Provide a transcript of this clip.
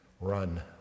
run